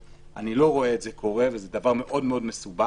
ואני לא רואה את זה קורה וזה דבר מאוד מאוד מסובך